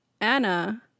Anna